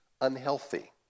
unhealthy